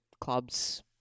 clubs